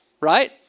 right